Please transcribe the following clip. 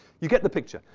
you get the picture.